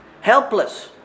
Helpless